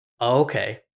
Okay